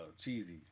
cheesy